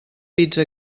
pizza